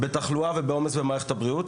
בתחלואה ובעומס על מערכת הבריאות